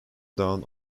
done